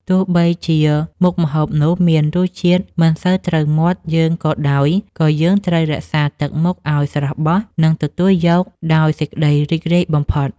ទោះបីជាមុខម្ហូបនោះមានរសជាតិមិនសូវត្រូវមាត់យើងក៏ដោយ ក៏យើងត្រូវរក្សាទឹកមុខឱ្យស្រស់បោះ និងទទួលយកដោយសេចក្តីរីករាយបំផុត។